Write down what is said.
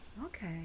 okay